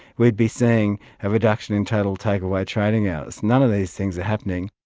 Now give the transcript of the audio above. we'd be seeing a reduction in total takeaway trading hours. none of these things are happening.